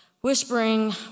whispering